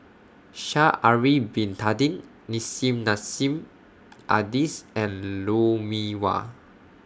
Sha'Ari Bin Tadin Nissim Nassim Adis and Lou Mee Wah